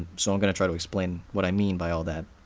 so i'm gonna try to explain what i mean by all that.